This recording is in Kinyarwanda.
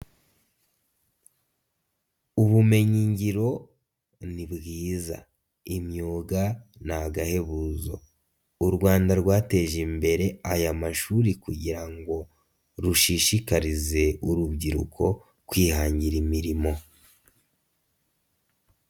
Ubumenyingiro ni bwiza, imyuga ni agahebuzo, u Rwanda rwateje imbere aya mashuri kugira ngo rushishikarize urubyiruko kwihangira imirimo.